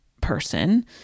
person